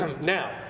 Now